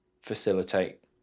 facilitate